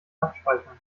abspeichern